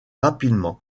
rapidement